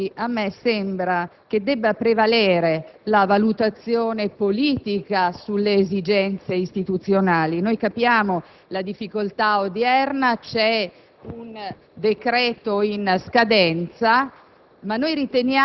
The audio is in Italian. a me sembra che oggi debba prevalere la valutazione politica sulle esigenze istituzionali. Noi capiamo la difficoltà odierna - c'è un decreto in scadenza